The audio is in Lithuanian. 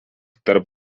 tarp